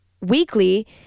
weekly